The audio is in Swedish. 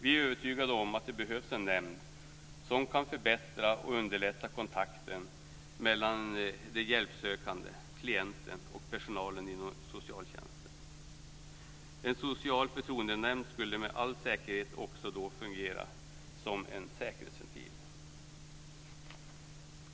Vi är övertygade om att det behövs en nämnd som kan förbättra och underlätta kontakten mellan de hjälpsökande, klienterna, och personalen inom socialtjänsten. En social förtroendenämnd skulle med all säkerhet också fungera som en säkerhetsventil.